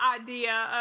idea